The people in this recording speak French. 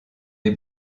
des